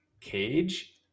cage